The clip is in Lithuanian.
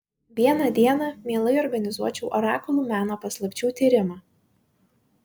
vieną dieną mielai organizuočiau orakulų meno paslapčių tyrimą